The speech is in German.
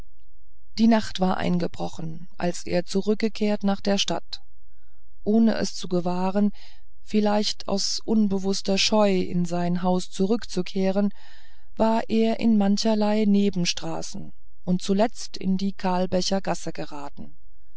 die nacht war eingebrochen als er zurückkehrte nach der stadt ohne es zu gewahren vielleicht aus unbewußter scheu in sein haus zurückzukehren war er in mancherlei nebenstraßen und zuletzt in die kalbächer gasse geraten